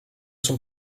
son